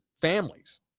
families